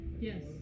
Yes